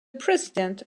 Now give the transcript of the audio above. president